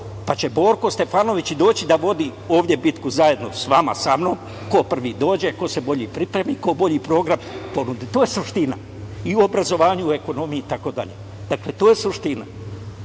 pa će Borko Stefanović doći da vodi ovde bitku zajedno sa vama, sa mnom ko prvi dođe, ko se bolje pripremi, ko bolji program ponudi. To je suština i u obrazovanju i u ekonomiji itd. Dakle, to je suština. Mi